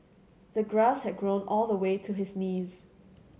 the grass had grown all the way to his knees